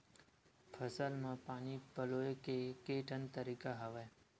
फसल म पानी पलोय के केठन तरीका हवय?